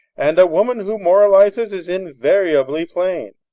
and a woman who moralises is invariably plain.